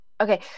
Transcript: Okay